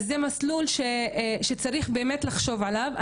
אז זה מסלול שצריך באמת לחשוב עליו.